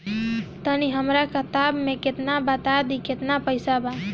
तनी हमर खतबा देख के बता दी की केतना पैसा बा?